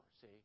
see